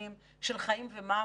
במושגים של חיים ומוות.